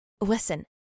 Listen